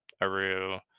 Aru